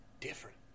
Different